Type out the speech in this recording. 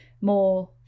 more